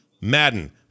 Madden